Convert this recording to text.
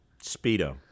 Speedo